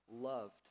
loved